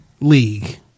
League